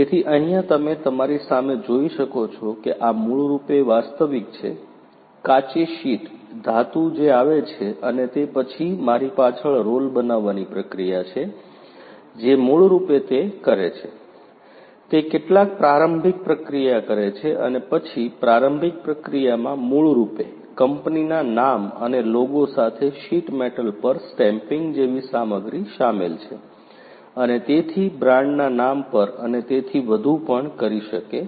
તેથી અહિયાં તમે તમારી સામે જોઈ શકો છો કે આ મૂળરૂપે વાસ્તવિક છે કાચી શીટ ધાતુ જે આવે છે અને તે પછી મારી પાછળ રોલ બનાવવાની પ્રક્રિયા છે જે મૂળ રૂપે તે કરે છે તે કેટલીક પ્રારંભિક પ્રક્રિયા કરે છે અને પછી પ્રારંભિક પ્રક્રિયામાં મૂળ રૂપે કંપનીના નામ અને લોગો સાથે શીટ મેટલ પર સ્ટેમ્પિંગ જેવી સામગ્રી શામેલ છે અને તેથી બ્રાન્ડના નામ પર અને તેથી વધુ પણ કરી શકે છે